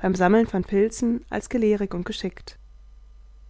beim sammeln von pilzen als gelehrig und geschickt